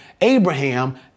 Abraham